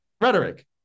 rhetoric